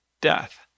death